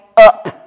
up